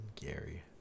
Gary